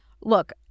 look